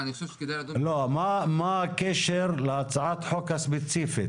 מה הקשר להצעת החוק הספציפית?